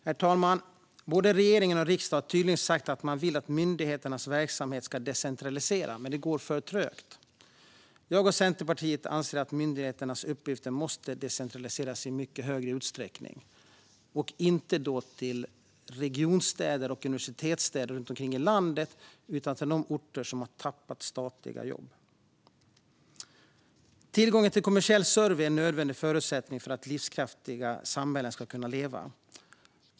Herr talman! Både regeringen och riksdagen har tydligt sagt att man vill att myndigheternas verksamhet ska decentraliseras, men det går för trögt. Jag och Centerpartiet anser att myndigheternas uppgifter måste decentraliseras i mycket större utsträckning - och då inte till regionstäder och universitetsstäder runt omkring i landet utan till de orter som har tappat statliga jobb. Tillgången till kommersiell service är en nödvändig förutsättning för att samhällen ska kunna leva.